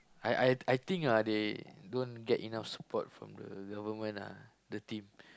I I I think ah they don't get enough support from the government ah the team